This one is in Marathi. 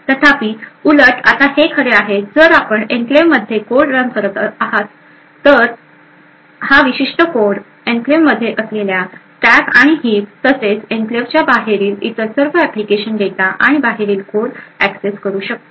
तथापि उलट आता हे खरे आहे जर आपण एन्क्लेव्हमध्ये कोड रन करत असाल तर हा विशिष्ट कोड एन्क्लेव्हमध्ये असलेल्या स्टॅक आणि हीप तसेच एन्क्लेव्हच्या बाहेरील इतर सर्व ऍप्लिकेशन डेटा आणि बाहेरील कोड एक्सेस करू शकतो